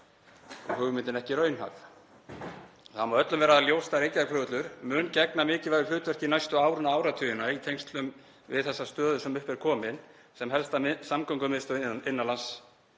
að hugmyndin sé ekki raunhæf. Það má öllum vera ljóst að Reykjavíkurflugvöllur mun gegna mikilvægu hlutverki næstu árin og áratugina í tengslum við þessa stöðu sem upp er komin sem helsta samgöngumiðstöðin innan lands